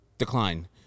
decline